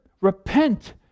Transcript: repent